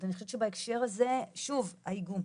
אני חושבת שבהקשר הזה, שוב, האיגום.